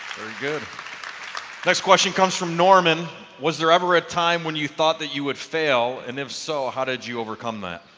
good next question comes from norman was there ever a time when you thought that you would fail and if so, how did you overcome that?